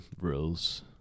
rules